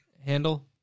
handle